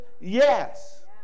Yes